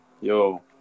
Yo